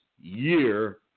year